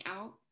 out